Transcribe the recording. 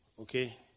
Okay